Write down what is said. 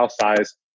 size